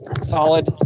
solid